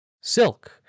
Silk